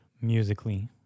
musically